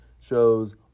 shows